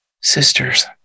Sisters